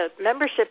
membership